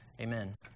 Amen